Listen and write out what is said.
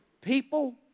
people